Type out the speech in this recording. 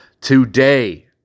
today